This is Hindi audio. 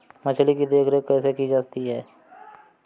मछली की देखरेख कैसे की जाती है?